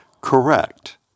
Correct